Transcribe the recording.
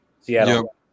Seattle